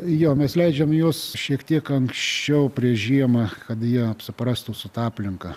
jo mes leidžiam juos šiek tiek anksčiau prieš žiemą kad jie apsiprastų su ta aplinka